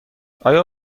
آیا